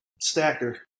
stacker